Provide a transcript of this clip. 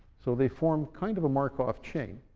so they form kind of a markov chain.